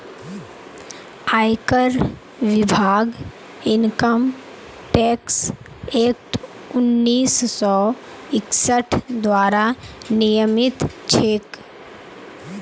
आयकर विभाग income tax act उन्नीस सौ इकसठ द्वारा नियमित छेक